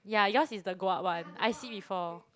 yeah yours is the go up one I see before